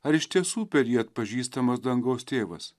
ar iš tiesų per jį atpažįstamas dangaus tėvas